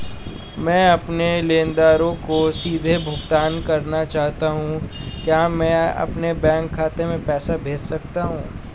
मैं अपने लेनदारों को सीधे भुगतान करना चाहता हूँ क्या मैं अपने बैंक खाते में पैसा भेज सकता हूँ?